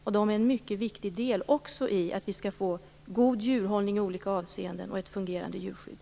De är också en mycket viktig del i att vi skall få god djurhållning i olika avseenden och ett fungerande djurskydd.